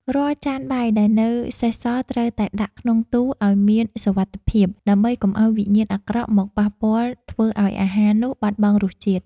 រាល់ចានបាយដែលនៅសេសសល់ត្រូវតែដាក់ក្នុងទូឱ្យមានសុវត្ថិភាព ដើម្បីកុំឱ្យវិញ្ញាណអាក្រក់មកប៉ះពាល់ធ្វើឱ្យអាហារនោះបាត់បង់រសជាតិ។